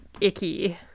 icky